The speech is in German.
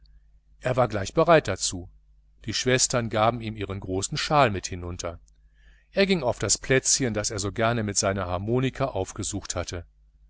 er war gleich bereit dazu die schwestern gaben ihm ihren großen schal mit hinunter er ging auf das plätzchen das er so gern mit seiner harmonika aufgesucht hatte